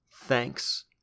Thanks